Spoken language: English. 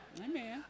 Amen